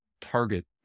Target